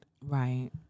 Right